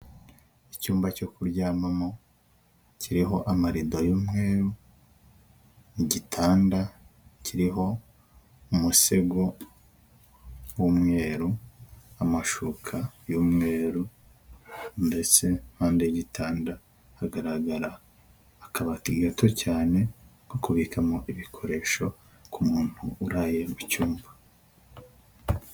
Icyumba cyo kuryamamo kiriho amarido y'umweru, igitanda kiriho umusego w'umweru, amashuka y'umweru ndetse impande y'igitanda hagaragara akabati gato cyane ko kubikamo ibikoresho ku muntu uraye mu cyumba.